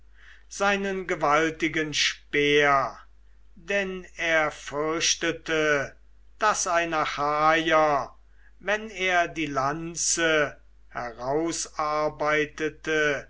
seinen gewaltigen speer denn er fürchtete daß ein achaier wenn er die lanze herausarbeitete